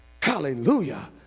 hallelujah